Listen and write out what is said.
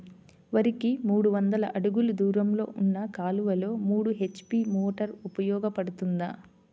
వరికి మూడు వందల అడుగులు దూరంలో ఉన్న కాలువలో మూడు హెచ్.పీ మోటార్ ఉపయోగపడుతుందా?